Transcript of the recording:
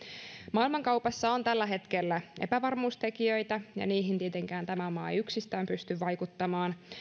maailmankaupassa on tällä hetkellä epävarmuustekijöitä ja niihin tietenkään tämä maa ei yksistään pysty vaikuttamaan